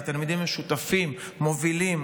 והתלמידים הם שותפים מובילים,